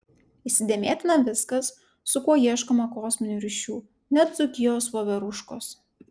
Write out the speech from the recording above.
įsidėmėtina viskas su kuo ieškoma kosminių ryšių net dzūkijos voveruškos